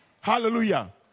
hallelujah